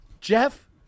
Jeff